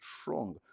strong